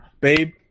babe